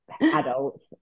adults